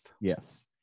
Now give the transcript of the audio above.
Yes